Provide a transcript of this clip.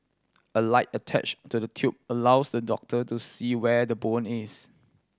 a light attached to the tube allows the doctor to see where the bone is